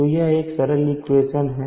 तो यह एक सरल इक्वेशन है